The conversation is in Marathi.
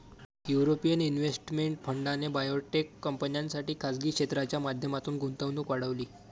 युरोपियन इन्व्हेस्टमेंट फंडाने बायोटेक कंपन्यांसाठी खासगी क्षेत्राच्या माध्यमातून गुंतवणूक वाढवली